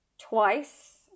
twice